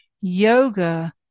Yoga